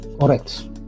Correct